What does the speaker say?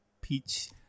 Peach